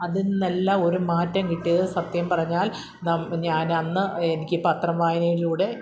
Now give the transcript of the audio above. അതിൽ നിന്നെല്ലാം ഒരു മാറ്റം കിട്ടിയത് സത്യം പറഞ്ഞാൽ ഞാനന്ന് എനിക്ക് പത്രം വായനയിലൂടെ